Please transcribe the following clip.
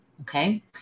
Okay